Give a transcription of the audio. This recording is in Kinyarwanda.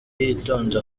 yitonze